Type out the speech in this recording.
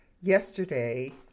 Yesterday